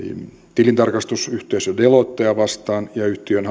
tilintarkastusyhteisö deloittea vastaan ja yhtiön